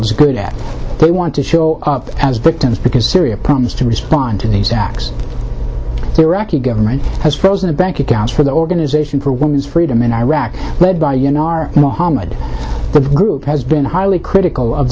is good at they want to show as victims because syria promised to respond to these attacks iraqi government has frozen the bank accounts for the organization for women's freedom in iraq led by you know our mohammed group has been highly critical of